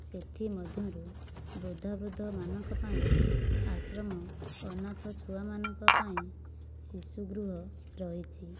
ସେଥିମଧ୍ୟରୁ ବୃଦ୍ଧାବୃଦ୍ଧ ମାନଙ୍କ ପାଇଁ ଆଶ୍ରମ ଅନାଥ ଛୁଆମାନଙ୍କ ପାଇଁ ଶିଶୁ ଗୃହ ରହିଛି